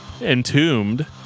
Entombed